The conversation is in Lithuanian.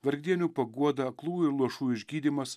vargdienių paguoda aklų ir luošų išgydymas